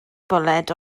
bwled